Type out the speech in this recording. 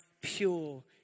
pure